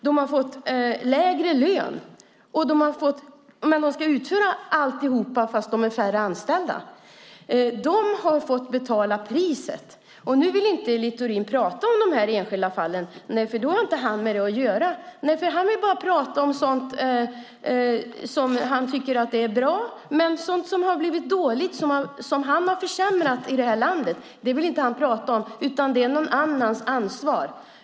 De har fått lägre lön, och de ska utföra alltihop fast de är färre anställda. De har fått betala priset, och nu vill inte Littorin prata om de här enskilda fallen för han har inte med det att göra. Han vill bara prata om sådant som han tycker är bra. Sådant som har blivit dåligt, som han har försämrat i det här landet, vill han inte prata om, utan det är någon annans ansvar.